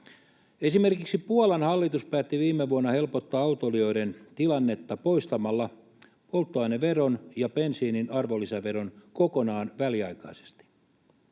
Esimerkiksi Puolan hallitus päätti viime vuonna helpottaa autoilijoiden tilannetta poistamalla polttoaineveron ja bensiinin arvonlisäveron kokonaan väliaikaisesti.